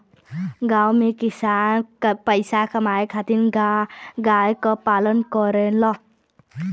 गांव में किसान पईसा कमाए खातिर गाय क पालन करेलन